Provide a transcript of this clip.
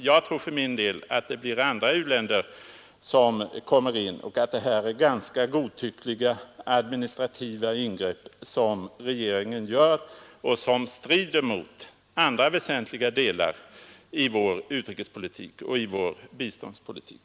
Jag tror för min del att det blir andra länder som kommer in och att detta är ganska godtyckliga administrativa ingrepp som regeringen gör och som strider mot andra väsentliga delar av vår utrikesoch biståndspolitik.